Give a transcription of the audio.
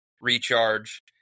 recharge